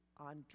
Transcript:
on